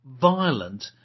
violent